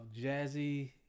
Jazzy